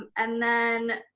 and then,